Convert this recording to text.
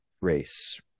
race